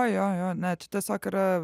jo jo jo ne čia tiesiog yra